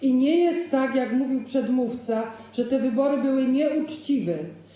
I nie jest tak, jak mówił przedmówca, że te wybory były nieuczciwe.